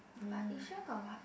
but Yishun got what